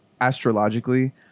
astrologically